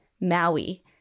Maui